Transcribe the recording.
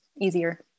easier